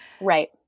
Right